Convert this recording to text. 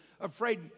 afraid